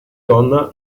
donna